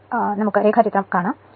എങ്കിൽ ഡയഗ്രം കാണുക